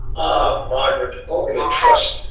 ah, margaret! only trust